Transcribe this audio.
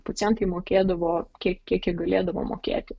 pacientai mokėdavo kiek kiek jie galėdavo mokėti